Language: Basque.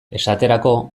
esaterako